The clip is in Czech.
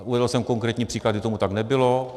Uvedl jsem konkrétní příklad, kdy tomu tak nebylo.